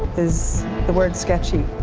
is the word sketchy.